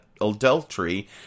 adultery